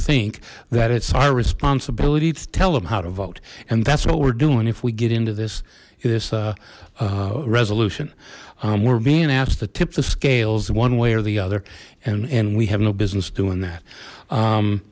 think that it's our responsibility to tell them how to vote and that's what we're doing if we get into this this a resolution we're being asked the tips of scales one way or the other and and we have no business doing that